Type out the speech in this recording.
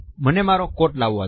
મને મારો કોટ લાવવા દો